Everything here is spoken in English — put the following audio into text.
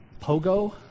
Pogo